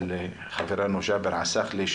של חברנו ג'אבר עסאקלה,